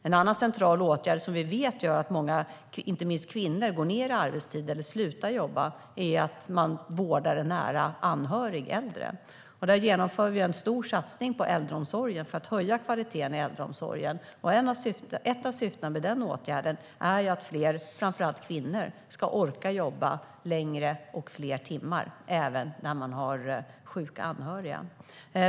En annan central åtgärd som vi vet gör att många, inte minst kvinnor, går ned i arbetstid eller slutar jobba är att de vårdar en nära anhörig äldre. Vi genomför en stor satsning på äldreomsorgen för att höja kvaliteten där. Ett av syftena med denna åtgärd är att fler, framför allt kvinnor, ska orka jobba längre och fler timmar, även om de har sjuka anhöriga.